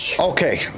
Okay